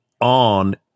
on